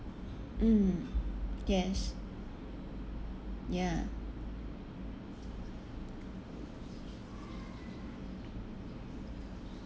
mm yes ya